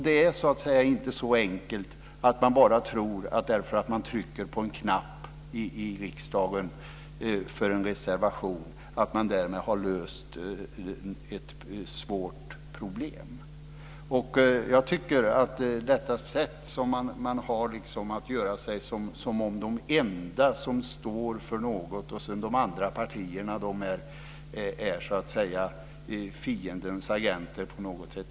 Det är inte så enkelt att man kan lösa ett svårt problem genom att trycka på knapp för en reservation i riksdagen. Här försöker man framställa sig själva som de enda som står för något och de andra partierna som fiendens agenter.